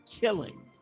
killing